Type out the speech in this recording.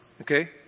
Okay